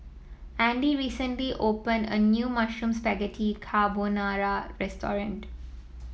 Andy recently opened a new Mushroom Spaghetti Carbonara Restaurant